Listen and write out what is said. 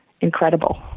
incredible